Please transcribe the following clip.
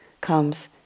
comes